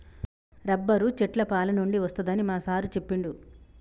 rubber చెట్ల పాలనుండి వస్తదని మా సారు చెప్పిండు